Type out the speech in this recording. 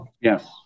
Yes